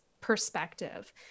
perspective